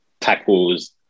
tackles